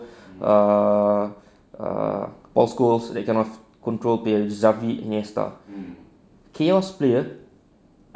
err err schools that kind of control zavi iniesta chaos player